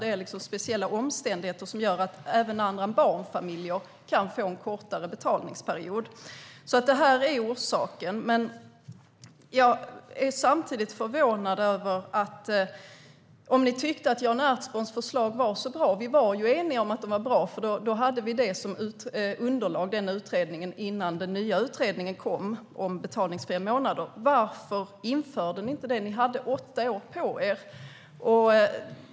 Det är speciella omständigheter som gör att även andra än barnfamiljer kan få en kortare betalningsperiod. Det är orsaken. Jag är samtidigt förvånad. Vi var ju eniga om att Jan Ertsborns förslag var bra. Vi hade den utredningen som underlag innan den nya utredningen om betalningsfria månader kom. Om ni tyckte att det var så bra, Robert Hannah, varför införde ni det inte? Ni hade åtta år på er.